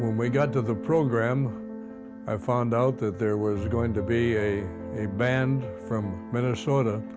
we got to the program, i found out that there was going to be a a band from minnesota